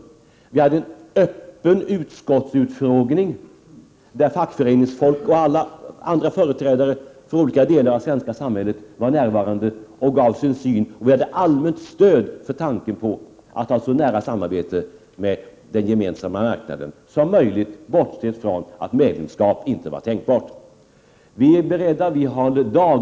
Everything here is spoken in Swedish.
Det har också varit en öppen utskottsutfrågning, där fackföreningsfolk och andra representanter för olika delar av det svenska samhället var närvarande och framlade sina synpunkter. Vi fick då ett allmänt stöd för tanken att vi skulle ha ett så nära samarbete med den gemensamma marknaden som möjligt, bortsett från att medlemskap inte var tänkbart.